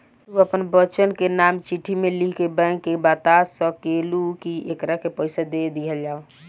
तू आपन बच्चन के नाम चिट्ठी मे लिख के बैंक के बाता सकेलू, कि एकरा के पइसा दे दिहल जाव